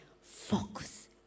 focus